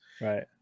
right